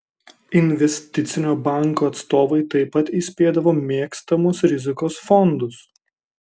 investicinio banko atstovai taip pat įspėdavo mėgstamus rizikos fondus